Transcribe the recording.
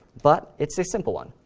but it's a simple one.